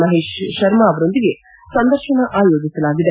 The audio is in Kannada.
ಮಹೇಶ್ ಶರ್ಮಾ ಅವರೊಂದಿಗೆ ಸಂದರ್ತನ ಆಯೋಜಿಸಲಾಗಿದೆ